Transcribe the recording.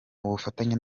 ubufatanye